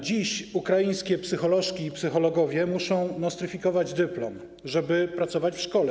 Dziś ukraińskie psycholożki i psychologowie muszą nostryfikować dyplom, żeby pracować w szkole.